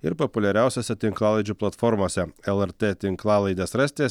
ir populiariausiose tinklalaidžių platformose lrt tinklalaides rasite